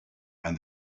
and